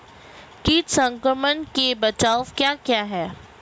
कीट संक्रमण के बचाव क्या क्या हैं?